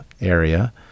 area